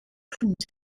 printer